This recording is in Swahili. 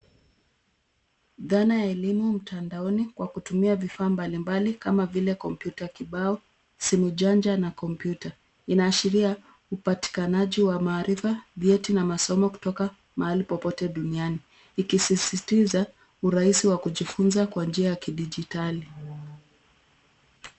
Dhana ya elimu mtandaoni kwa kutumia vifaa mbali mbali kama vile kompyuta kibao, simu janja na kompyuta. Inaashiria upatikanaji wa maarifa, vyeti na masomo kutoka mahali popote duniani ikisisitiza urahisi wa kusoma kutoka mahali popote duniani.